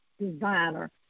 designer